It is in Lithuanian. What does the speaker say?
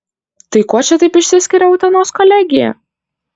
tai kuo čia taip išsiskiria utenos kolegija